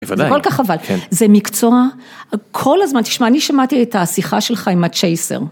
זה כל כך חבל, זה מקצוע, כל הזמן, תשמע, אני שמעתי את השיחה שלך עם הצ'ייסר.